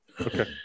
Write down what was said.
Okay